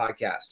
Podcast